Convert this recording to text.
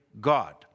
God